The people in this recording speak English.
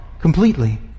completely